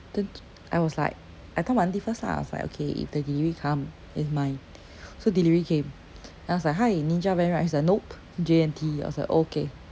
then I was like I tell my auntie first lah I was like okay if the delivery come it's mine so delivery came then I was like hi ninja van right he was like nope J_N_T I was like okay